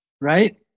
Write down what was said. right